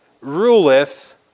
ruleth